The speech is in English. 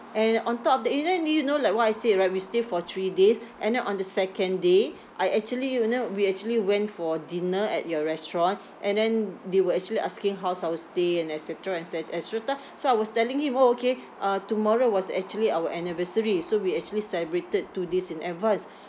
and on top of that and then do you know like what I said right we stay for three days and then on the second day I actually you know we actually went for dinner at your restaurant and then they were actually asking how's our stay and et cetera et cetera so I was telling him orh okay uh tomorrow was actually our anniversary so we actually celebrated two days in advance